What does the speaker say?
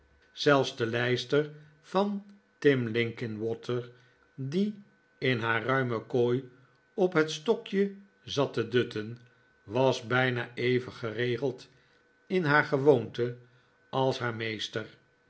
zelfs de lijster van tim linkinwater die in haar ruime kooi op het stokje zat te dutten was bijna even geregeld in haar gewoonten als haar meester